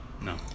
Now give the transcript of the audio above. No